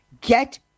Get